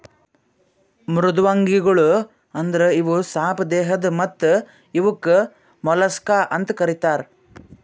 ಮೃದ್ವಂಗಿಗೊಳ್ ಅಂದುರ್ ಇವು ಸಾಪ್ ದೇಹದ್ ಮತ್ತ ಇವುಕ್ ಮೊಲಸ್ಕಾ ಅಂತ್ ಕರಿತಾರ್